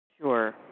Sure